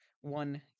one